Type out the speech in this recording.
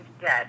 Dead